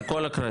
על כל הקריות.